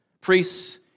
priests